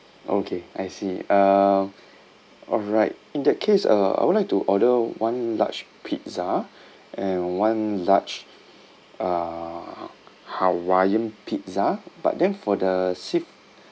okay I see uh alright in that case uh I would like to order one large pizza and one large uh hawaiian pizza but then for the sea~